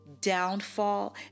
downfall